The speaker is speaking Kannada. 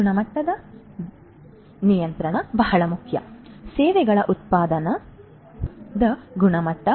ಆದ್ದರಿಂದ ಗುಣಮಟ್ಟ ಬಹಳ ಮುಖ್ಯ ಸೇವೆಗಳ ಉತ್ಪನ್ನದ ಗುಣಮಟ್ಟದ ಗುಣಮಟ್ಟ